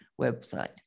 website